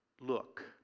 Look